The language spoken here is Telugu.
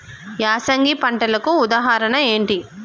యాసంగి పంటలకు ఉదాహరణ ఏంటి?